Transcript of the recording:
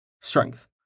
Strength